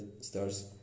stars